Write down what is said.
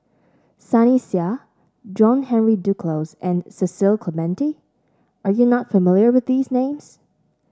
Sunny Sia John Henry Duclos and Cecil Clementi are you not familiar with these names